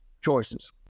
choices